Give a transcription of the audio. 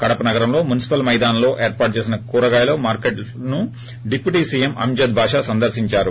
కడప నగరంలోని మున్సిపల్ మైదానంలో ఏర్పాటు చేసిన కూరగాయల మార్కెట్ను డిప్యూటీ సీఎం అంజాద్ బాషా సందర్పించారు